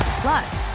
Plus